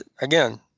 again